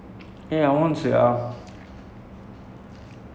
it's like I haven't it anywhere like in any err